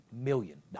million